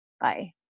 Bye